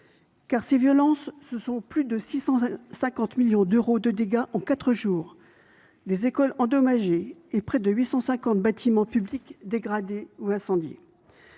ces violences, ce sont plus de 650 millions d’euros de dégâts en quatre jours, des écoles endommagées, et près de 850 bâtiments publics dégradés ou incendiés.